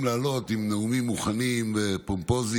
לעלות עם נאומים מוכנים ופומפוזיים